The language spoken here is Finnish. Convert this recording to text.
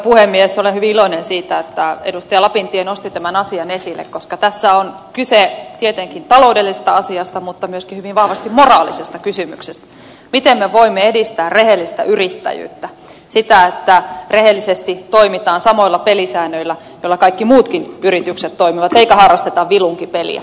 olen hyvin iloinen siitä että edustaja lapintie nosti tämän asian esille koska tässä on kyse tietenkin taloudellisesta asiasta mutta myöskin hyvin vahvasti moraalisesta kysymyksestä miten me voimme edistää rehellistä yrittäjyyttä sitä että rehellisesti toimitaan samoilla pelisäännöillä joilla kaikki muutkin yritykset toimivat eikä harrasteta vilunkipeliä